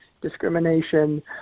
discrimination